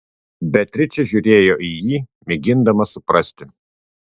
beatričė žiūrėjo į jį mėgindama suprasti